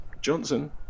Johnson